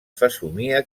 fesomia